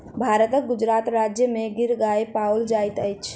भारतक गुजरात राज्य में गिर गाय पाओल जाइत अछि